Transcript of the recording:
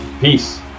Peace